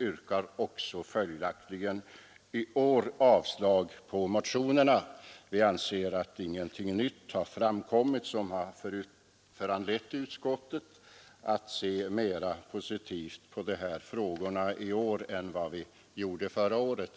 yrkar också i år avslag på motionerna. Vi anser att ingenting nytt har framkommit som skulle ha föranlett utskottet att se mera positivt på dessa frågor i år än vad vi gjorde förra året.